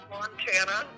Montana